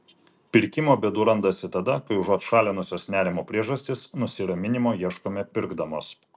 pirkimo bėdų randasi tada kai užuot šalinusios nerimo priežastis nusiraminimo ieškome pirkdamos